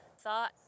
thought